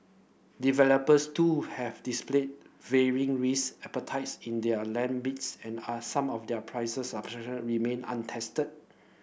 developers too have displayed varying risk appetites in their land bids and are some of their prices remain untested